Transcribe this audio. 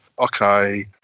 Okay